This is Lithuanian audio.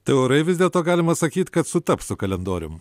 tai orai vis dėlto galima sakyt kad sutaps su kalendorium